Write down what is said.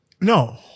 No